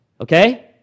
okay